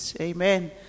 Amen